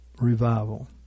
revival